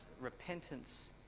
repentance